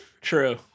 True